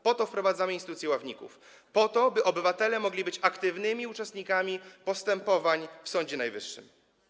Po to wprowadzamy instytucję ławników - po to, aby obywatele mogli być aktywnymi uczestnikami postępowań w Sądzie Najwyższym.